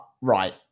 Right